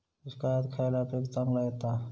दुष्काळात खयला पीक चांगला येता?